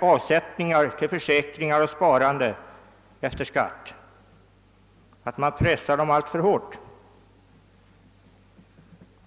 avsättningar för försäkringar och sparande efter skatt? Man pressar dem alltför hårt.